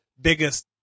biggest